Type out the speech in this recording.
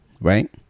Right